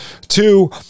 Two